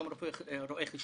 גם רואי חשבון,